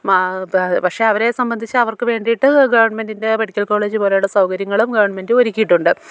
പക്ഷെ അവരെ സംബന്ധിച്ച് അവർക്ക് വേണ്ടിയിട്ട് ഗവണ്മെൻ്റിൻ്റെ മെഡിക്കൽ കോളേജ് പോലെയുള്ള സൗകര്യങ്ങളും ഗവണ്മെൻ്റ് ഒരുക്കിയിട്ടുണ്ട്